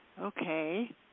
Okay